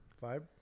Five